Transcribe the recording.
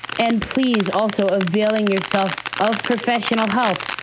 and please also availing yourself of professional help.